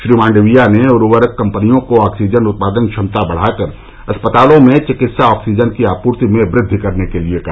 श्री मांडविया ने उर्वरक कंपनियों को ऑक्सीजन उत्पादन क्षमता बढ़ाकर अस्पतालों में चिकित्सा ऑक्सीजन की आपूर्ति में वृद्वि करने के लिए कहा